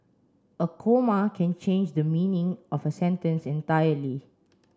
a comma can change the meaning of a sentence entirely